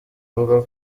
bavuga